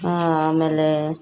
ಆಮೇಲೆ